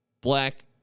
black